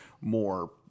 more